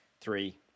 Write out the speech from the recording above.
three